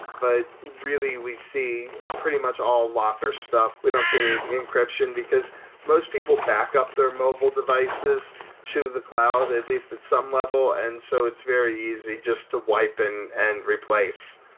but really, we see pretty much all locker stuff. we don't see any encryption, because most people back up their mobile devices to the cloud, at least at some level, and so it's very easy just to wipe and and replace,